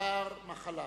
לאחר מחלה.